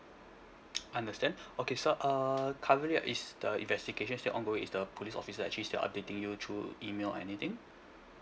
understand okay sir uh currently is the investigation still ongoing is the police officer actually still updating you through email or anything